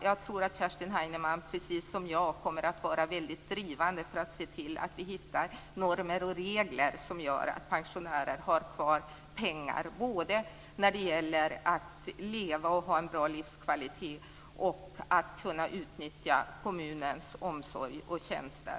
Jag tror att Kerstin Heinemann precis som jag kommer att vara väldigt drivande för att se till att vi hittar normer och regler som gör att pensionärerna har kvar pengar både för att leva på och ha en bra livskvalitet och för att kunna utnyttja kommunens omsorg och tjänster.